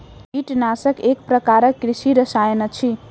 कीटनाशक एक प्रकारक कृषि रसायन अछि